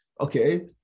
Okay